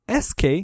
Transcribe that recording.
SK